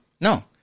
no